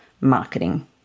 marketing